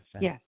Yes